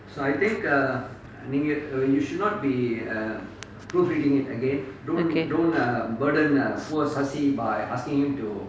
okay